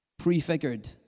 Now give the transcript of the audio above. prefigured